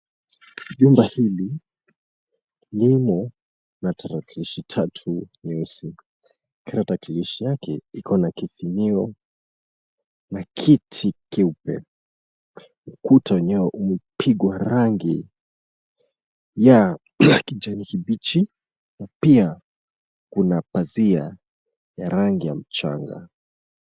Jumba hili limo na tarakilishi tatu nyeusi. Kila tarakilishi yake iko na kifinyio na kiti keupe. Ukuta wenyewe umepigwa rangi ya kijani kibichi na pia kuna pazia ya rangi ya mchanga.